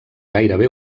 gairebé